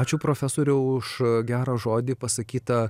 ačiū profesoriau už gerą žodį pasakytą